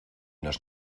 nos